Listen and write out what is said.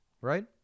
Right